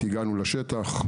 הגענו לשטח,